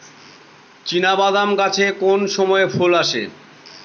চিনাবাদাম গাছে কোন সময়ে ফুল আসে?